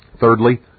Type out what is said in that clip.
Thirdly